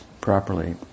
properly